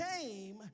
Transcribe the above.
came